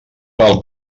pel